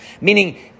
Meaning